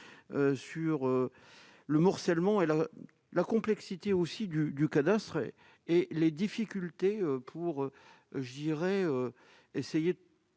sur le morcellement et la la complexité aussi du du cadastre et les difficultés pour je dirais essayer